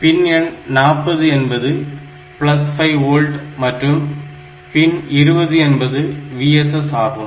பின் 40 என்பது 5 V மற்றும் பின் 20 என்பது Vss ஆகும்